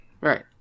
Right